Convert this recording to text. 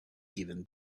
given